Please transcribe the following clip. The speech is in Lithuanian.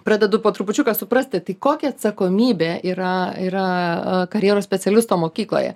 pradedu po trupučiuką suprasti tai kokia atsakomybė yra yra a karjeros specialisto mokykloje